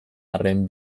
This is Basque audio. arren